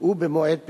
היא במועד פרסומו.